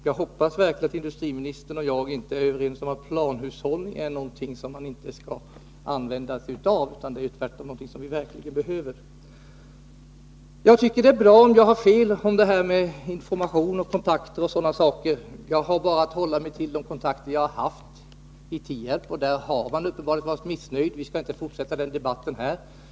Jag hoppas sannerligen att industriministern inte menar att planhushållning är något som man inte skall använda sig av, utan att vi tvärtom kan vara överens om att den verkligen behövs. Det är bra om jag har fel när det gäller informationen och kontakterna. Jag har bara att hålla mig till de uppgifter som jag har fått från Tierp. Uppenbarligen har man där varit missnöjd, men vi skall inte fortsätta den debatten här.